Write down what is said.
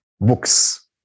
books